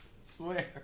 Swear